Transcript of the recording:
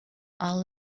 all